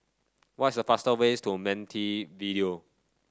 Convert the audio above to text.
what is the faster ways to Montevideo